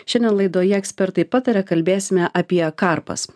šiandien laidoje ekspertai pataria kalbėsime apie karpas